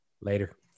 Later